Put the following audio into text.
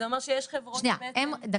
זה אומר שיש חברות -- שנייה, דקה.